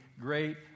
great